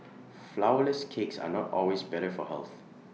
Flourless Cakes are not always better for health